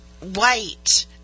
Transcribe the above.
White